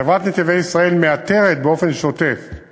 חברת "נתיבי ישראל" מאתרת באופן שוטף את